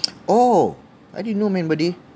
oh I didn't know man buddy